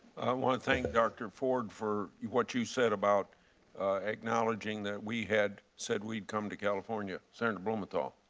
want to thank dr. ford for what you said about acknowledging that we had said we'd come to california. senator blumenthal?